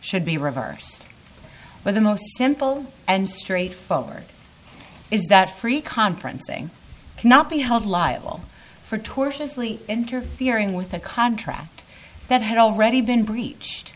should be reversed where the most simple and straightforward is that free conferencing cannot be held liable for tortious lee interfering with a contract that had already been breach